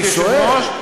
אני שואל.